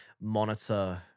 monitor